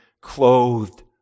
clothed